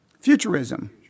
futurism